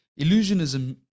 Illusionism